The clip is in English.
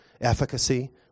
efficacy